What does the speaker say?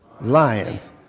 Lions